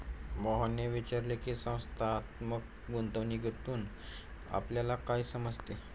मोहनने विचारले की, संस्थात्मक गुंतवणूकीतून आपल्याला काय समजते?